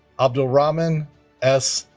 abdulrahman s.